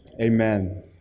Amen